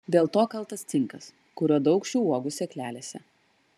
dėl to kaltas cinkas kurio daug šių uogų sėklelėse